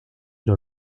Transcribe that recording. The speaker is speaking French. dans